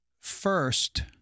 first